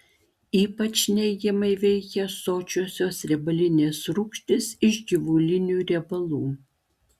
ypač neigiamai veikia sočiosios riebalinės rūgštys iš gyvulinių riebalų